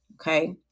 okay